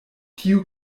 tiu